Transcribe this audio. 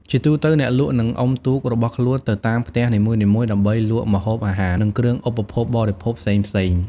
ជាទូទៅអ្នកលក់នឹងអុំទូករបស់ខ្លួនទៅតាមផ្ទះនីមួយៗដើម្បីលក់ម្ហូបអាហារ និងគ្រឿងឧបភោគបរិភោគផ្សេងៗ។